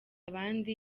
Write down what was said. abandi